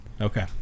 Okay